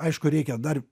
aišku reikia dar